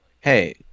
hey